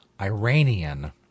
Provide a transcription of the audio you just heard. Iranian